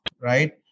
right